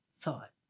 thought